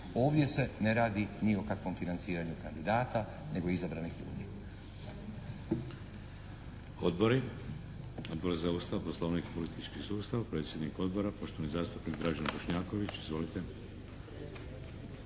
Ovdje se ne radi ni o kakvom financiranju kandidata nego izabranih ljudi.